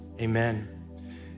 Amen